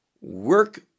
work